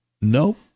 Nope